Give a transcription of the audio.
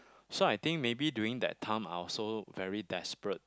so I think maybe during that time I also very desperate